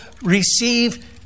receive